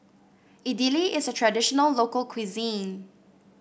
idili is a traditional local cuisine